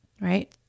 right